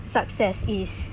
success is